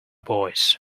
boys